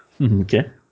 Okay